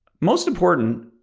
most important,